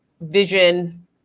vision